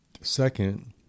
Second